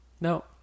No